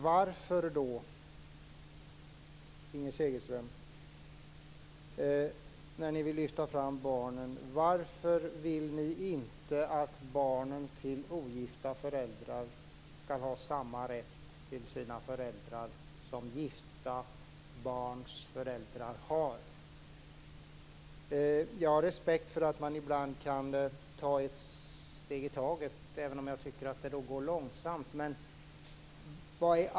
Varför vill ni inte, när ni vill lyfta fram barnen, att barnen till ogifta föräldrar skall ha samma rätt till sina föräldrar som barn till gifta föräldrar? Jag har respekt för att man ibland tar ett steg i taget, även om jag tycker att det då går långsamt.